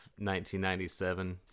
1997